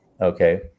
okay